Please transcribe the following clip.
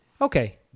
okay